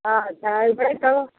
अच्छा ऐबै तब